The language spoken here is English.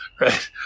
right